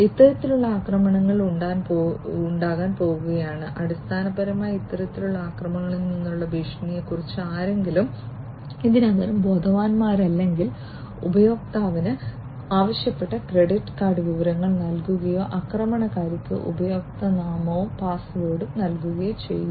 ഇത്തരത്തിലുള്ള ആക്രമണങ്ങൾ ഉണ്ടാകാൻ പോകുകയാണ് അടിസ്ഥാനപരമായി ഇത്തരത്തിലുള്ള ആക്രമണങ്ങളിൽ നിന്നുള്ള ഭീഷണികളെക്കുറിച്ച് ആരെങ്കിലും ഇതിനകം ബോധവാന്മാരല്ലെങ്കിൽ ഉപയോക്താവ് ആവശ്യപ്പെട്ട ക്രെഡിറ്റ് കാർഡ് വിവരങ്ങൾ നൽകുകയോ ആക്രമണകാരിക്ക് ഉപയോക്തൃനാമവും പാസ്വേഡും നൽകുകയും ചെയ്യും